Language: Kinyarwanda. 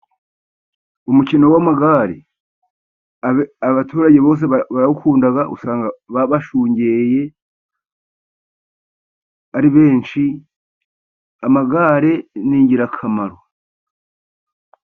Umukino w'amagare abaturage bose barawukunda. Usanga bashungereye ari benshi. Amagare ni ingirakamaro.